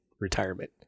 retirement